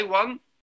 one